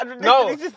No